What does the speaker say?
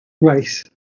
race